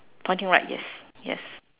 pointing right yes yes